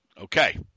Okay